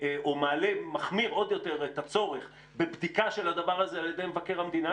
או מחמיר עוד יותר את הצורך בבדיקה של הדבר הזה על ידי מבקר המדינה,